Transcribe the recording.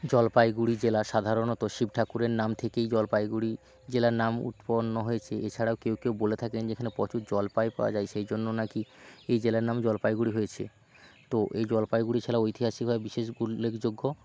জলপাইগুড়ি জেলা সাধারণত শিব ঠাকুরের নাম থেকেই জলপাইগুড়ি জেলার নাম উৎপন্ন হয়েছে এছাড়াও কেউ কেউ বলে থাকেন যে এখানে প্রচুর জলপাই পাওয়া যায় সেই জন্য নাকি এই জেলার নাম জলপাইগুড়ি হয়েছে তো এই জলপাইগুড়ি জেলা ঐতিহাসিকভাবে বিশেষ উল্লেখযোগ্য